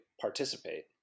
participate